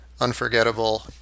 unforgettable